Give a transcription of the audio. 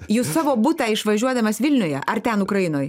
jūs savo butą išvažiuodamas vilniuje ar ten ukrainoj